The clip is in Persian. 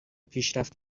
پیشرفت